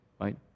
right